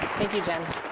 thank you, jen.